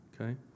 okay